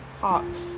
Hawks